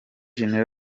gen